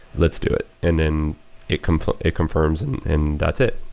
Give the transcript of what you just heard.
let's do it. and then it confirms it confirms and and that's it.